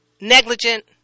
negligent